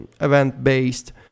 event-based